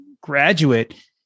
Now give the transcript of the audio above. graduate